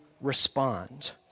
respond